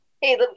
Hey